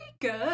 good